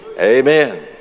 Amen